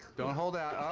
don't hold out.